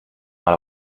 mal